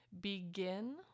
begin